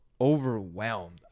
overwhelmed